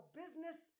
business